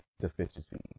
deficiency